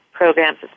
Programs